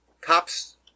cops